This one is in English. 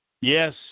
Yes